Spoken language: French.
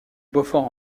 beaufort